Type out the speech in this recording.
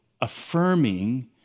affirming